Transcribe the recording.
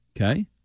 okay